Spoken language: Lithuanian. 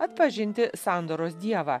atpažinti sandoros dievą